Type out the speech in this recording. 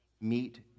meet